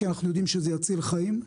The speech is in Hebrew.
כי אנחנו יודעים שזה יציל חיים.